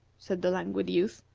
said the languid youth.